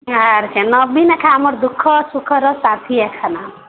ଆର୍ ସେ ନବୀନା ଖା ଆମର୍ ଦୁଃଖ ସୁଖର ସାଥି ଏଖାନ